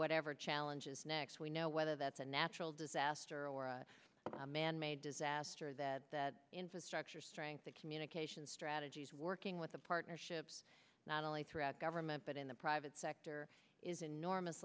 whatever challenges next we know whether that's a natural disaster or a manmade disaster that the infrastructure strength the communication strategies working with the partnerships not only through government but in the private sector is enormous